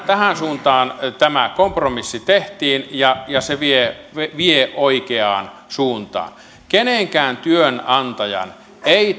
tähän suuntaan tämä kompromissi tehtiin ja se vie vie oikeaan suuntaan kenenkään työnantajan ei